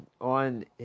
on